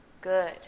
Good